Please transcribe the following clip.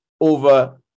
over